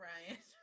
Ryan